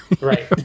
Right